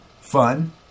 fun